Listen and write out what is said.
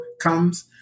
comes